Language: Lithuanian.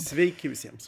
sveiki visiems